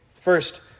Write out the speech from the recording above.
First